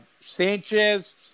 Sanchez